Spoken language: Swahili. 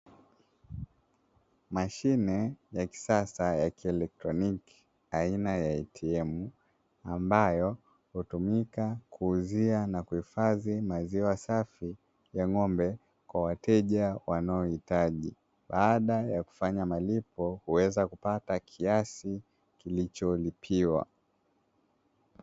Mashine ya kisasa ya kielektroniki aina ya ATM, ambayo hutumika kuuzia na kuhifadhi maziwa safi ya ng'ombe kwa wateja wanaohitaji, baada ya kufanya malipo huweza kupata kiasi kilicholipiwa.